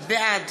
בעד